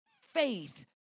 faith